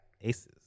aces